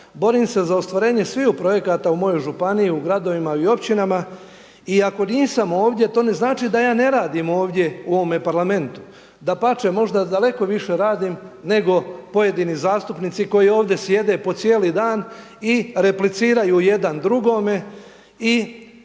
borim se za ostvarenje svih projekata u mojoj županiji, u gradovima i u općinama. I ako nisam ovdje to ne znači da ja ne radim ovdje u ovome Parlamentu. Dapače, možda daleko više radim neko pojedini zastupnici koji ovdje sjede po cijeli dan i repliciraju jedan drugome i